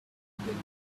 gambling